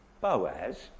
Boaz